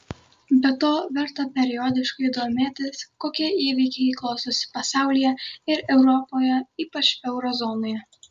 be to verta periodiškai domėtis kokie įvykiai klostosi pasaulyje ir europoje ypač euro zonoje